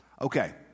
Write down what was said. Okay